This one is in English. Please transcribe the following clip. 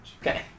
Okay